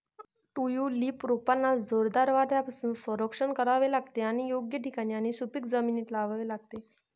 tulip रोपांना जोरदार वाऱ्यापासून संरक्षण करावे लागते आणि योग्य ठिकाणी आणि सुपीक जमिनीत लावावे लागते